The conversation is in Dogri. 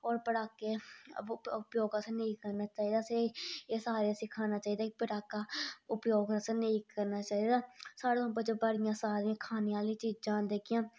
होर पटाखे उपजोग असें नेईं करना चहीदा असें एह् सारे सिखाना चाहीदा की पटाखा उपजोग असें नेईं करना चाहीदा साढ़े कोल बड़ियां सारियां खाने आहलियां चीजां न जेह्कियां